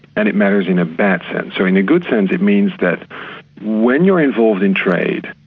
and it matters in a bad sense. so in a good sense, it means that when you're involved in trade,